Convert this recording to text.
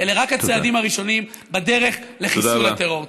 אלה רק הצעדים הראשונים בדרך לחיסול הטרור.